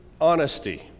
honesty